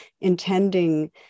intending